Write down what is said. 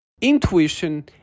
Intuition